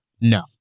No